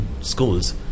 schools